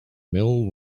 middle